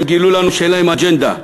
הם גילו לנו שאין להם אג'נדה,